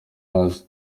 hasi